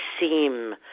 seem